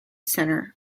center